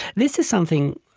this is something,